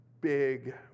big